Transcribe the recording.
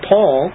Paul